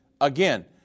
Again